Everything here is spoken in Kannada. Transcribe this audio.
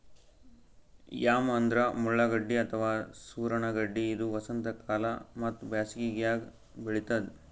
ಯಾಮ್ ಅಂದ್ರ ಮುಳ್ಳಗಡ್ಡಿ ಅಥವಾ ಸೂರಣ ಗಡ್ಡಿ ಇದು ವಸಂತಕಾಲ ಮತ್ತ್ ಬ್ಯಾಸಿಗ್ಯಾಗ್ ಬೆಳಿತದ್